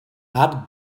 add